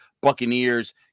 buccaneers